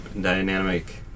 dynamic